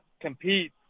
compete